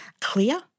clear